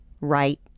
right